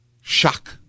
Shock